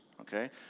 okay